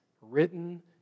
written